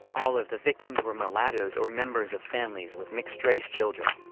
all of the victims were mulattos or members of families with mixed-race children.